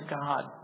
God